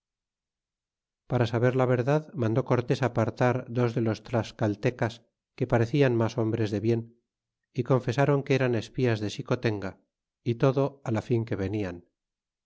para saberla verdad mandó cortes apartar dos de los tlascaltecas que parecían mas hombres de bien y cenfesron que eran espías de xicotenga y todo la fin que venian